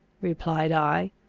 replied i.